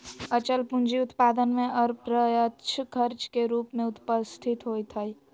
अचल पूंजी उत्पादन में अप्रत्यक्ष खर्च के रूप में उपस्थित होइत हइ